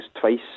Twice